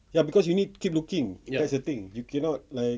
ya cause you need keep looking that's the thing you cannot like